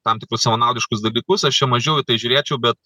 tam tikrus savanaudiškus dalykus aš čia mažiau į tai žiūrėčiau bet